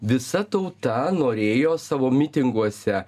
visa tauta norėjo savo mitinguose